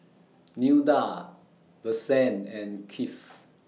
Nilda Vicente and Keith